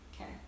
Okay